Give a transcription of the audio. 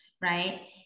right